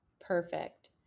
Perfect